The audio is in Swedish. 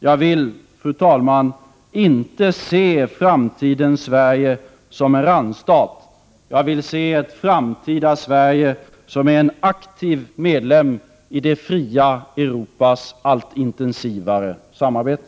Jag vill, fru talman, inte se framtidens Sverige som en randstat. Jag vill se ett framtida Sverige som är en aktiv medlem i det fria Europas allt intensivare samarbete.